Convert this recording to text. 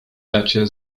dacie